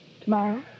Tomorrow